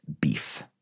beef